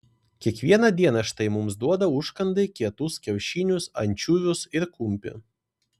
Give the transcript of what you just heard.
kiekvieną dieną štai mums duoda užkandai kietus kiaušinius ančiuvius ir kumpį